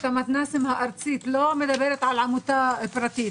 המתנ"סים הארצית לא מדברת על עמותה פרטית.